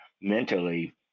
mentally